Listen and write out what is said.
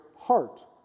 heart